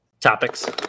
topics